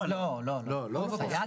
לא תמיד.